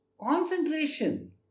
Concentration